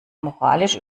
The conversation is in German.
moralisch